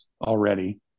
already